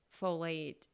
folate